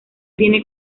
tiene